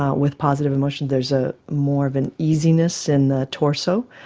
ah with positive emotion there's ah more of an easiness in the torso,